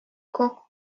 kokku